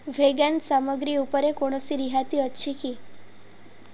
vegan ସାମଗ୍ରୀ ଉପରେ କୌଣସି ରିହାତି ଅଛି କି